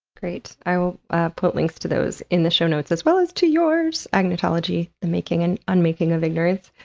great! i'll put links to those in the show notes as well as to yours, agnotology the making and unmaking of ignorance.